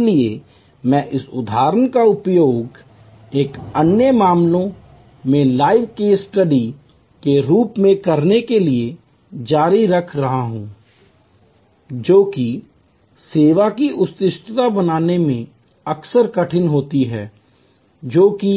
इसलिए मैं इस उदाहरण का उपयोग एक अन्य मामले में लाइव केस स्टडी के रूप में करने के लिए जारी रख रहा हूं जो कि सेवा की उत्कृष्टता बनाने में अक्सर कठिन होता है जो कि